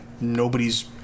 nobody's